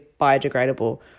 biodegradable